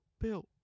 Bill